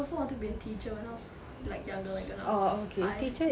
I also want to be a teacher when I was like younger like when I was five